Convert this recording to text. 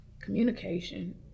communication